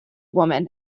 woman